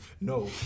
No